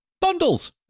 bundles